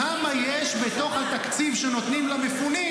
כמה יש בתוך התקציב שנותנים למפונים,